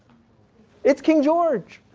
it's king george.